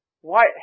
White